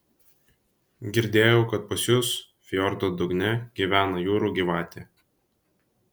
girdėjau kad pas jus fjordo dugne gyvena jūrų gyvatė